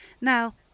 Now